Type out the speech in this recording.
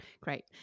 Great